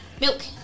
Milk